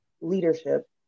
leadership